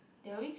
they always